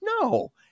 No